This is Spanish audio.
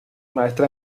maestra